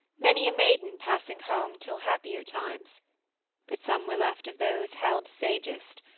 many a maiden passing home till happier times but some were left of those held sagest,